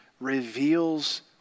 reveals